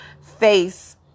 face